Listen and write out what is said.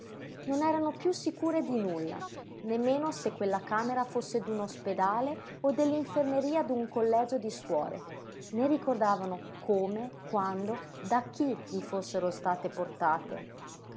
non erano piú sicure di nulla nemmeno se quella camera fosse d'un ospedale o dell'infermeria d'un collegio di suore né ricordavano come quando da chi vi fossero state portate